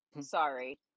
Sorry